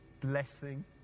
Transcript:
blessing